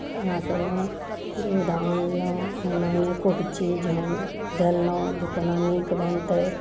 खरना कयलहुँ दूध आनलहुँ ओइमे अनेको चीज हम देलहुँ जे कोना नीक बनतै